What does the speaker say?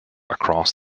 across